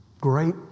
Great